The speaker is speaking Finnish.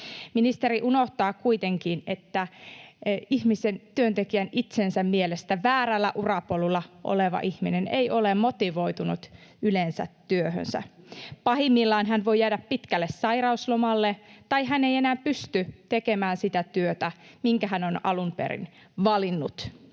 Ministeri unohtaa kuitenkin, että ihmisen, työntekijän, itsensä mielestä väärällä urapolulla oleva ihminen ei ole yleensä motivoitunut työhönsä. Pahimmillaan hän voi jäädä pitkälle sairauslomalle tai hän ei enää pysty tekemään sitä työtä, minkä hän on alun perin valinnut.